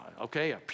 Okay